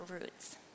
roots